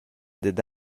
dad